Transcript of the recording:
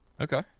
Okay